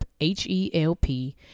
H-E-L-P